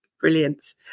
Brilliant